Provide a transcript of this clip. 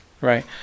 right